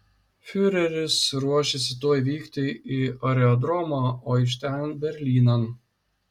fiureris ruošėsi tuoj vykti į aerodromą o iš ten berlynan